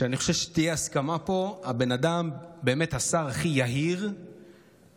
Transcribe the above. ואני חושב שתהיה פה הסכמה: הבן אדם באמת השר הכי יהיר שיש.